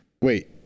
Wait